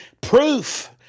proof